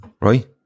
right